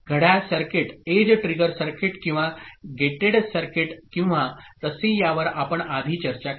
घड्याळ circuit edge trigger circuit किंवा gated circuit किंवा तसे यावर आपण आधी चर्चा केली